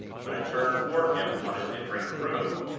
when it turned toward him on his entering the room,